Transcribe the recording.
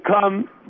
come